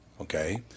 okay